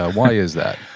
ah why is that?